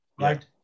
right